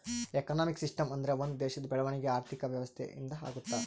economic system ಅಂದ್ರೆ ಒಂದ್ ದೇಶದ ಬೆಳವಣಿಗೆ ಆರ್ಥಿಕ ವ್ಯವಸ್ಥೆ ಇಂದ ಆಗುತ್ತ